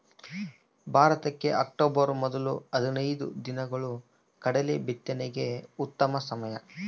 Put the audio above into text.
ಭಾರತಕ್ಕೆ ಅಕ್ಟೋಬರ್ ಮೊದಲ ಹದಿನೈದು ದಿನಗಳು ಕಡಲೆ ಬಿತ್ತನೆಗೆ ಉತ್ತಮ ಸಮಯ